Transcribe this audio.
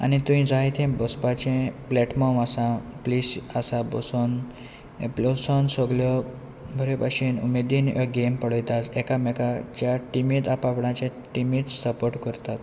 आनी थंय जाय तें बसपाचे प्लेटफॉम आसा प्लेस आसा बसून सगळ्यो बऱ्या भाशेन उमेदीन ह्यो गेम पळयतात एकामेकांच्या टिमींत आपणाच्या टिमींत सपोर्ट करतात